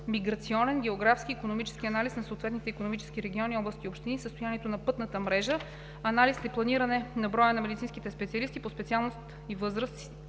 миграционен, географски и икономически анализи на съответните икономически региони, области и общини, състоянието на пътната мрежа, анализ и планиране на броя на медицинските специалисти по специалности и възраст